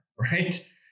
Right